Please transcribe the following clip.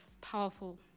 powerful